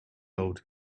old